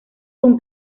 con